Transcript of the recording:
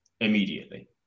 immediately